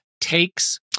takes